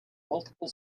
multiple